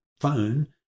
phone